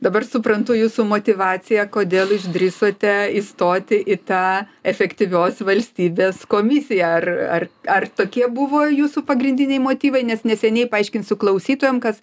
dabar suprantu jūsų motyvaciją kodėl išdrįsote įstoti į tą efektyvios valstybės komisiją ar ar ar tokie buvo jūsų pagrindiniai motyvai nes neseniai paaiškinsiu klausytojam kas